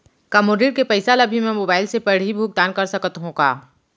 का मोर ऋण के पइसा ल भी मैं मोबाइल से पड़ही भुगतान कर सकत हो का?